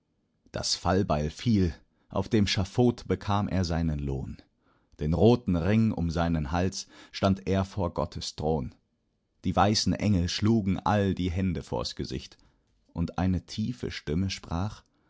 das fallbeil fiel auf dem schafott bekam er seinen lohn den roten ring um seinen hals stand er vor gottes thron die weißen engel schlugen all die hände vors gesicht und eine tiefe stimme sprach